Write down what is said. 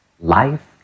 Life